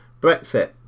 Brexit